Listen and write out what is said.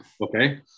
Okay